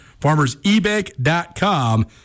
Farmersebank.com